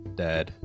dad